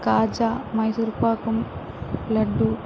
కాజా మైసూర్పాకం లడ్డు